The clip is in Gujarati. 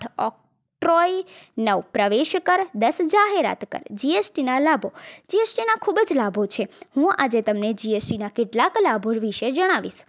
કટ્રોઇ નવ પ્રવેશ કર દસ જાહેરાત કર જીએસટીના લાભો જી એસ ટી ના ખૂબજ લાભો છે હું આજે તમને જી એસ ટી ના કેટલાક લાભો વિશે જણાવીશ